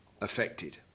affected